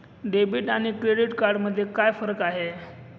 Debit आणि credit card मध्ये काय फरक आहे?